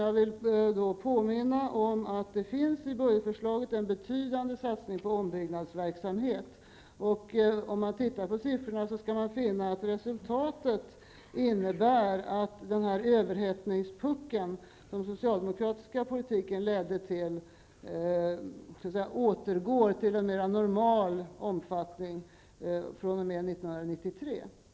jag vill påminna om att det i budgetförslaget finns en betydande satsning på ombyggnadsverksamhet. Om man tittar på siffrorna skall man finna, att resultatet innebär att den överhettningspuckel som den socialdemokratiska politiken ledde till, fr.o.m. 1993 återgår till en mer normal omfattning.